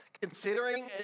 Considering